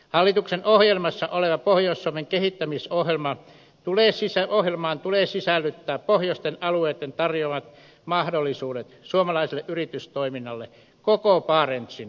hallituksen ohjelmassa olevaan pohjois suomen kehittämisohjelmaan tulee sisällyttää pohjoisten alueitten tarjoamat mahdollisuudet suomalaiselle yritystoiminnalle koko barentsin alueella